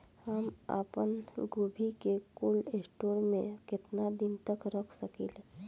हम आपनगोभि के कोल्ड स्टोरेजऽ में केतना दिन तक रख सकिले?